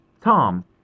Tom